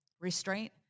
restraint